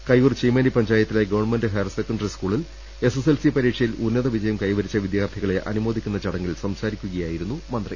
കയ്യൂർ ചീമേനി പഞ്ചായത്തിലെ government higher secondary സ്കൂളിൽ SSLC പരീക്ഷയിൽ ഉന്നത വിജയം കൈവരിച്ച വിദ്യാർഥികളെ അനുമോദിക്കുന്ന ചടങ്ങിൽ സംസാരിക്കുകയായിരുന്നു മന്ത്രി